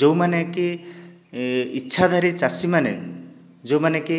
ଯେଉଁମାନେକି ଇଚ୍ଛାଧାରୀ ଚାଷୀମାନେ ଯେଉଁମାନେକି